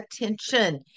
attention